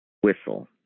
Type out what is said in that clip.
whistle